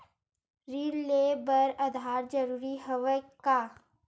ऋण ले बर आधार जरूरी हवय का?